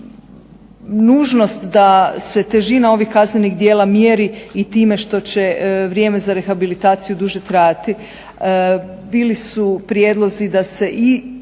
na nužnost da se težina ovih kaznenih djela mjeri i time što će vrijeme za rehabilitaciju duže trajati. Bili su prijedlozi da se i